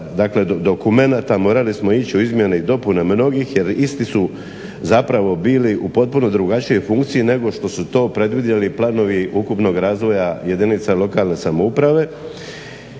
dakle dokumenata morali smo ići u izmjene i dopune mnogih jer isti su zapravo bili u potpuno drugačijoj funkciji nego što su to predvidjeli planovi ukupnog razvoja jedinica lokalne samouprave